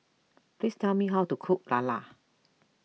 please tell me how to cook Lala